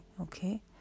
okay